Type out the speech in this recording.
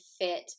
fit